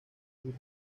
sus